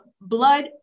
blood